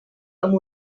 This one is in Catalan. amb